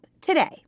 today